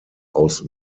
aus